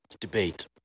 debate